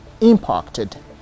impacted